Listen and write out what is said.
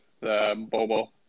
Bobo